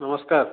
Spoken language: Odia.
ନମସ୍କାର